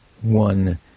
one